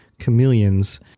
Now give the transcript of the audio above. chameleons